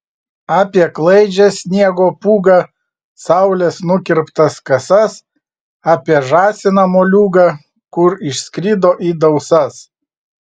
apie klaidžią sniego pūgą saulės nukirptas kasas apie žąsiną moliūgą kur išskrido į dausas